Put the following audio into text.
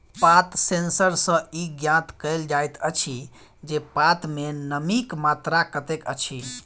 पात सेंसर सॅ ई ज्ञात कयल जाइत अछि जे पात मे नमीक मात्रा कतेक अछि